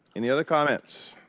any other comments?